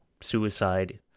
suicide